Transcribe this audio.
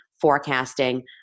forecasting